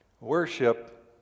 worship